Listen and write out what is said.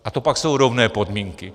A to pak jsou rovné podmínky.